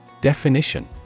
Definition